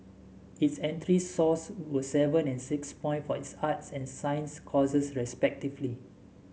its entry were seven and six point for its arts and science courses respectively